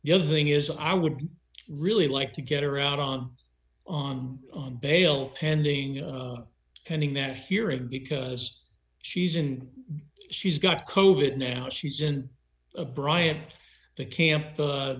the other thing is i would really like to get her out on on on bail pending pending that hearing because she's in she's got covert now she's in a bryant the camp